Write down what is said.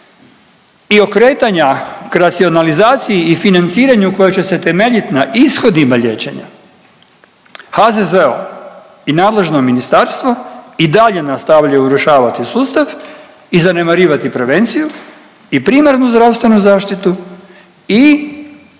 i okretanja k racionalizaciji i financiranju koje će se temeljit na ishodima liječenja HZZO i nadležno ministarstvo i dalje nastavljaju urušavati sustav i zanemarivati prevenciju i primarnu zdravstvenu zaštitu i